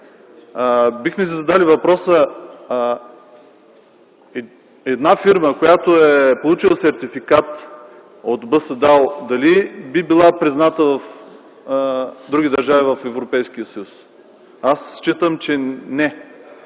Бихме задали въпроса: една фирма, която е получила сертификат от БСДАУ, дали би била призната в други държави на Европейския съюз? Аз считам, че не.